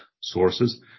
sources